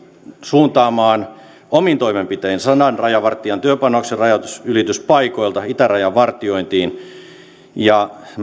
suuntaamaan omin toimenpitein sadan rajavartijan työpanoksen rajanylityspaikoilta itärajan vartiointiin ja